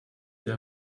dir